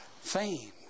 fame